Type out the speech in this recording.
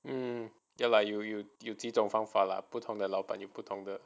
um ya lah 有有几种方法啦不同的老板就不同的